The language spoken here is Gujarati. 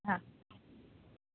હા